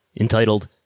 entitled